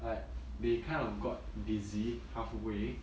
like they kind of got dizzy halfway